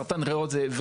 סרטן ריאות.